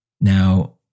Now